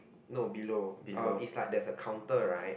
no below is like there's a counter right